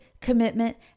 commitment